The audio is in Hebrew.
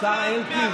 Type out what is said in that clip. השר אלקין,